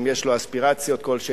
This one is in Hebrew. אם יש לו אספירציות כלשהן,